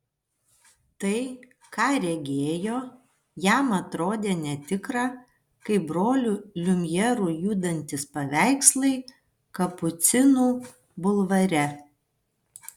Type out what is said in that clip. tai ką regėjo jam atrodė netikra kaip brolių liumjerų judantys paveikslai kapucinų bulvare